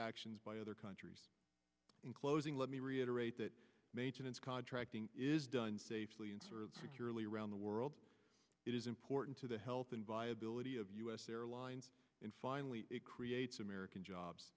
actions by other countries in closing let me reiterate that maintenance contracting is done safely and securely around the world it is important to the health and viability of u s airlines and finally it creates